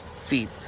feet